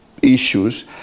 issues